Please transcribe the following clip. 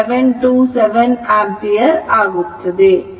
727 ampere ಆಗುತ್ತದೆ